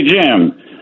Jim